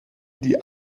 die